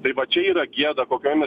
tai va čia yra gėda kokiomis